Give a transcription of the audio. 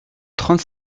trente